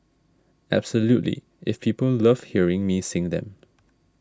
absolutely if people love hearing me sing them